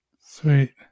sweet